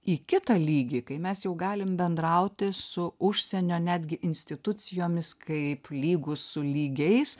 į kitą lygį kai mes jau galim bendrauti su užsienio netgi institucijomis kaip lygūs su lygiais